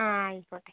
ആ ആയിക്കോട്ടെ